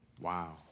Wow